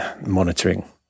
monitoring